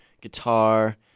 guitar